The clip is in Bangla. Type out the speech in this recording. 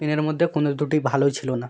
পেনের মধ্যে কোনো দুটিই ভালো ছিলো না